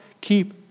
keep